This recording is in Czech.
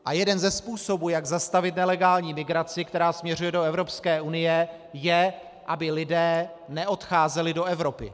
A jeden ze způsobů, jak zastavit nelegální migraci, která směřuje do Evropské unie, je, aby lidé neodcházeli do Evropy.